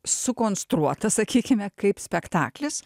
sukonstruota sakykime kaip spektaklis